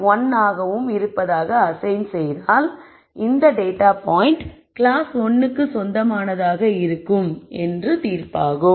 1 ஆகவும் இருப்பதாக அசைன் செய்தால் இந்த டேட்டா பாயிண்ட் கிளாஸ் 1 க்கு சொந்தமானதாக இருக்கும் என்று தீர்ப்பாகும்